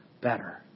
better